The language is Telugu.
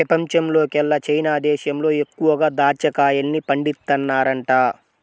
పెపంచంలోకెల్లా చైనా దేశంలో ఎక్కువగా దాచ్చా కాయల్ని పండిత్తన్నారంట